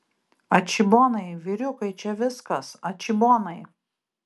atšybonai vyriukai čia viskas atšybonai